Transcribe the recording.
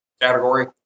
category